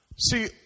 See